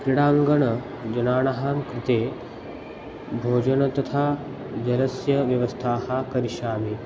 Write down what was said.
क्रीडाङ्गणजनानां कृते भोजनं तथा जलस्य व्यवस्थाः करिष्यामि